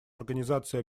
организации